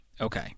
Okay